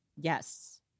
Yes